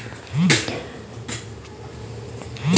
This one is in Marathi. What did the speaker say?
जितू ले मनी फोन पे वरतीन पैसा दि दिनात